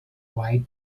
white